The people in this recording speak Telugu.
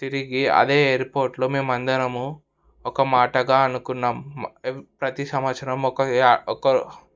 తిరిగి అదే ఎయిర్పోర్ట్లో మేము అందరము ఒక మాటగా అనుకున్నాం ప్రతి సంవత్సరం ఒక